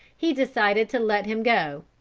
he decided to let him go.